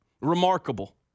Remarkable